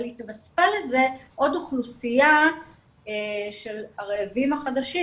אבל התווספה לזה עוד אוכלוסייה של הרעבים החדשים